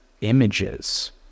images